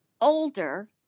older